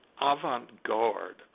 avant-garde